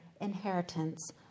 inheritance